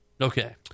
Okay